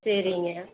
சரிங்க